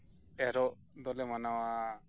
ᱮᱨᱚᱜ ᱫᱚᱞᱮ ᱢᱟᱱᱟᱣᱟ